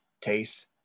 taste